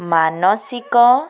ମାନସିକ